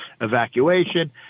evacuation